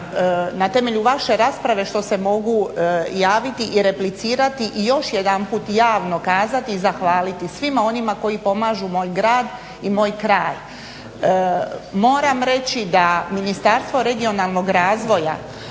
na temelju vaše rasprave što se mogu javiti i replicirati i još jedanput javno kazati i zahvaliti svima onima koji pomažu moj grad i moj kraj. Moram reći da Ministarstvo regionalnog razvoja,